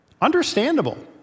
understandable